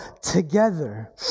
together